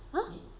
!huh!